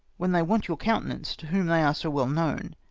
when they want your countenance to whom they are so well known.